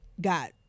got